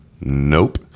nope